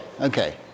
okay